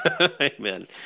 Amen